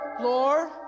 Lord